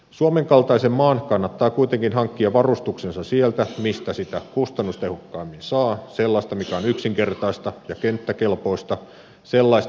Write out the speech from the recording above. suomen kaltaisen maan kannattaa kuitenkin hankkia varustuksensa sieltä mistä sitä kustannustehokkaimmin saa sellaista mikä on yksinkertaista ja kenttäkelpoista sellaista